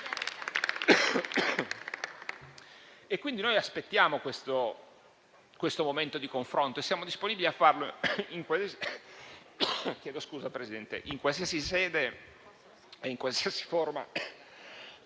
quindi questo momento di confronto e siamo disponibili a farlo in qualsiasi sede e in qualsiasi forma